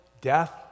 death